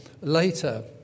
later